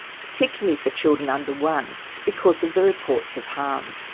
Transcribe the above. particularly for children under one because of the reports of harm.